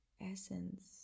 essence